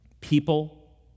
people